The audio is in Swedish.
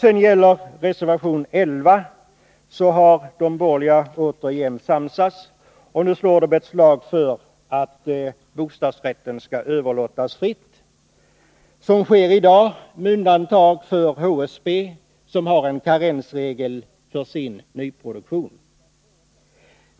I reservation 11 har de borgerliga återigen samsats och slår ett slag för att bostadsrätt skall få överlåtas fritt såsom sker i dag, med undantag för HSB, som har en karensregel för sin nyproduktion.